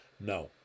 No